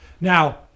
Now